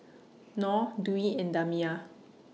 Nor Dwi and Damia